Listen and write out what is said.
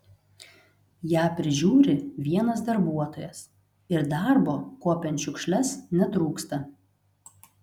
ją prižiūri vienas darbuotojas ir darbo kuopiant šiukšles netrūksta